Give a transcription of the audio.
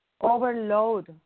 overload